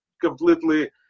completely